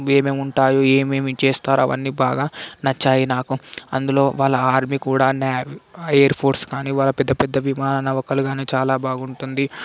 ఏమేమి ఉంటాయో ఏమేమి చేస్తారో అవన్నీ బాగా నచ్చాయి నాకు అందులో వాళ్ళ ఆర్మీ కూడా న్యావీ ఎయిర్ ఫోర్స్ కానీ వాళ్ళ పెద్ద పెద్ద విమాన నౌకలు కానీ చాలా బాగుంటుంది